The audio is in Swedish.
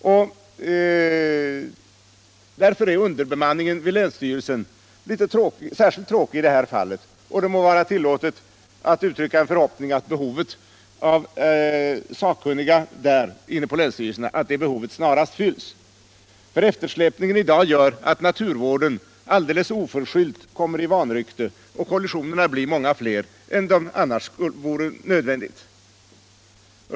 Därför är konsekvenserna av underbemanningen vid länsstyrelserna särskilt tråkiga i dessa fall, och det må vara tillåtet att uttrycka en förhoppning att behovet av sakkunniga på länsstyrelserna snarast tillgodoses. Eftersläpningen i dag gör att naturvården alldeles oförskyllt kommer i vanrykte och att kollisionerna blir många fler än vad som annars vore nödvändigt.